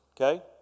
Okay